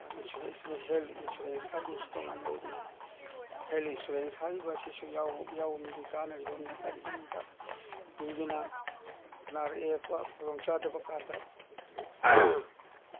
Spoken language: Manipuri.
ꯏꯟꯁꯨꯔꯦꯟꯁꯁꯤꯃ ꯍꯦꯜꯠ ꯏꯟꯁꯨꯔꯦꯟꯁ ꯍꯥꯏꯕ ꯑꯃꯁꯨ ꯇꯣꯉꯥꯟꯅ ꯂꯩꯔꯤ ꯍꯦꯜꯠ ꯏꯟꯁꯨꯔꯦꯟꯁ ꯍꯥꯏꯔꯤꯕ ꯑꯁꯤꯁꯨ ꯌꯥꯎꯕ ꯃꯤꯒꯤ ꯀꯥꯟꯅꯔꯤꯕ ꯑꯃꯅ ꯀꯔꯤꯒꯤꯅꯣꯗ ꯃꯤꯗꯨꯅ ꯅꯥꯔꯛ ꯌꯦꯛꯂꯛꯄ ꯈꯨꯗꯣꯡ ꯆꯥꯗꯕ ꯀꯥꯟꯗ